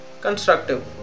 constructive